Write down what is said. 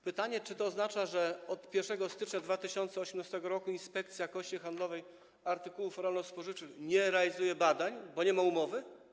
Pytanie: Czy to oznacza, że od 1 stycznia 2018 r. Inspekcja Jakości Handlowej Artykułów Rolno-Spożywczych nie realizuje badań, bo nie ma umowy?